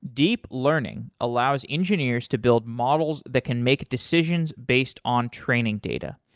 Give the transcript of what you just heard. deep learning allows engineers to build models that can make decisions based on training data.